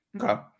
Okay